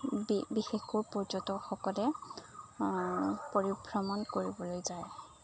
বিশেষকৈ পৰ্যটকসকলে পৰিভ্ৰমণ কৰিবলৈ যায়